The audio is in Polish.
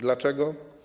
Dlaczego?